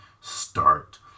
start